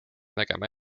nägema